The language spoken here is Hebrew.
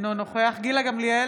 אינו נוכח גילה גמליאל,